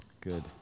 Good